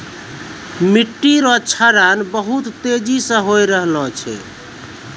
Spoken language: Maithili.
मिट्टी रो क्षरण बहुत तेजी से होय रहलो छै